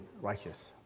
righteous